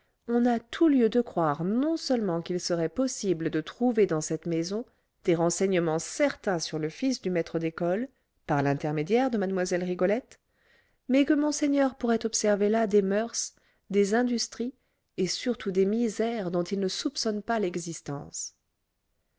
on a tout lieu de croire non-seulement qu'il serait possible de trouver dans cette maison des renseignements certains sur le fils du maître d'école par l'intermédiaire de mlle rigolette mais que monseigneur pourrait observer là des moeurs des industries et surtout des misères dont il ne soupçonne pas l'existence